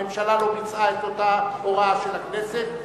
הממשלה לא ביצעה את אותה הוראה של הכנסת.